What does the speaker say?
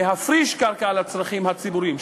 להפריש קרקע לצרכים הציבוריים,